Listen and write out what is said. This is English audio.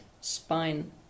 spine